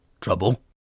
trouble